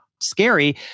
scary